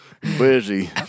Busy